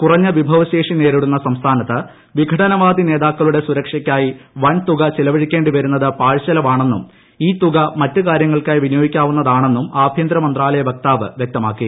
കുറഞ്ഞ വിഭവശേഷി നേരിടുന്ന സംസ്ഥാനത്ത് വിഘടനവാദി നേതാക്കളുടെ സുരക്ഷയ്ക്കായി വൻ തുക ചെലവഴിക്കേണ്ടി വരുന്നത് പാഴ്ചെലവാണെന്നും ഈ തുക മറ്റ് കാര്യങ്ങൾക്കായി വിനിയോഗിക്കാവുന്നതാണെന്ന് ആഭ്യന്തര മന്ത്രാലയം വക്താവ് വ്യക്തമാക്കി